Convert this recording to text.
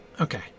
Okay